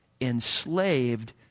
enslaved